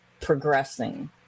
progressing